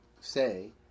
say